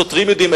השוטרים יודעים.